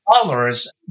colors